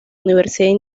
universidad